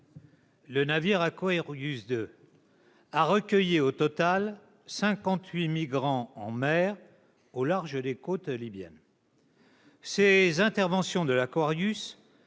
le navire a recueilli, au total, 58 migrants en mer, au large des côtes libyennes. Ces interventions de l'ont